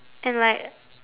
and like